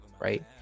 Right